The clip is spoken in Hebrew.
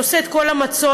שעושה את כל המצות,